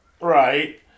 Right